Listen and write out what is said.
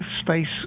space